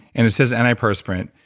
and it says antiperspirant,